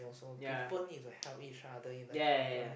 also people need to help each other in the company